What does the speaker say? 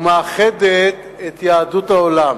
ומאחדת את יהדות העולם.